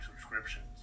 subscriptions